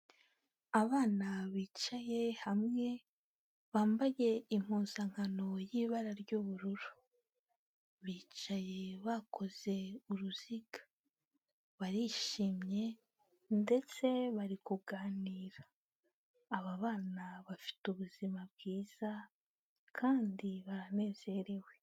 Abana bicaye hamwe bambaye impuzankano y'ibara ry'ubururu, bicaye bakoze uruziga, barishimye ndetse bari kuganira; aba bana bafite ubuzima bwiza kandi baranezerewe.